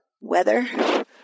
weather